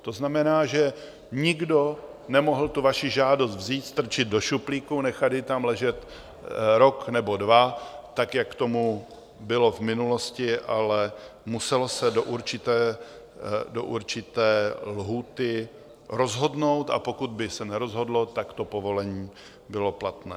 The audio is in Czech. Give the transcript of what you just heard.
To znamená, že nikdo nemohl tu vaši žádost vzít, strčit do šuplíku, nechat ji tam ležet rok nebo dva tak, jak tomu bylo v minulosti, ale muselo se do určité lhůty rozhodnout, a pokud by se nerozhodlo, tak to povolení bylo platné.